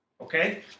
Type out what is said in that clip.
Okay